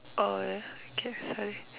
orh okay sorry